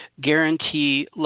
guarantee